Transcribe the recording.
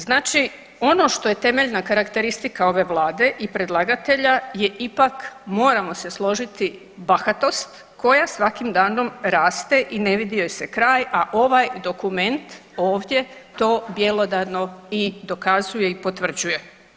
Znači ono što je temeljna karakteristika ove vlade i predlagatelja je ipak moramo se složiti bahatost koja svakim danom raste i ne vidi joj se kraj, a ovaj dokument ovdje to bjelodano i dokazuje i potvrđuje.